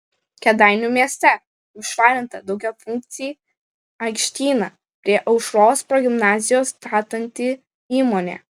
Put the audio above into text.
kėdainių mieste apšvarinta daugiafunkcį aikštyną prie aušros progimnazijos statanti įmonė